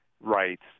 rights